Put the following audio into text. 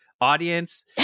Audience